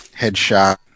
headshot